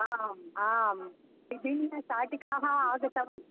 आम् आं विभिन्नशाटिकाः आगताः